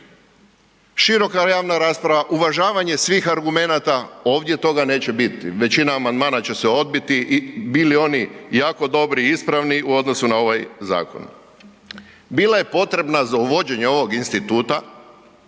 Široka javna rasprava, uvažavanje svih argumenata, ovdje toga neće biti, većina amandmana će se odbiti i bili oni jako dobri i ispravni u odnosu na ovaj zakon. Bila je potrebna za uvođenje ovog instituta